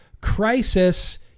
crisis